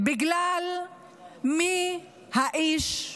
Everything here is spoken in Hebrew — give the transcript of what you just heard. בגלל האיש,